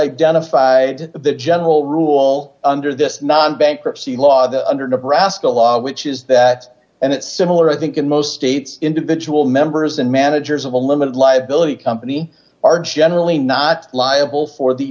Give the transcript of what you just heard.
identified the general rule under this non bankruptcy law the underdog rascal law which is that and it's similar i think in most states individual members and managers of a limited liability company are generally not liable for the